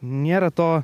nėra to